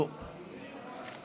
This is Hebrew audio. בסם אללה